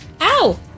Ow